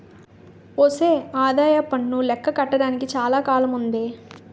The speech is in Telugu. ఒసే ఆదాయప్పన్ను లెక్క కట్టడానికి చాలా కాలముందే